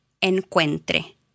encuentre